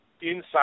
inside